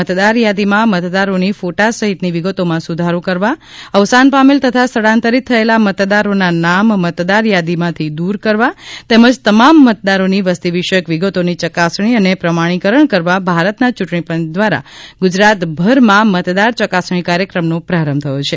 મતદાર યાદીમાં મતદારોની ફોટા સહિતની વિગતોમાં સુધારો કરવા અવસાન પામેલ તથા સ્થળાંતરિત થયેલાં મતદારોના નામ મતદાર યાદીમાંથી દુર કરવા તેમજ તમામ મતદારોની વસ્તી વિષયક વિગતોની ચકાસણી અને પ્રમાણિકરણ કરવા ભારતના ચ્રંટણી પંચ દ્વારા ગુજરાતભરમાં મતદાર ચકાસણી કાર્યક્રમનો પ્રારંભ થયો છે